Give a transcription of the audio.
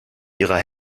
ihrer